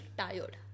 tired